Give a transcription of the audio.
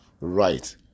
Right